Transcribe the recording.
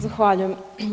Zahvaljujem.